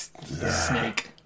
Snake